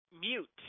mute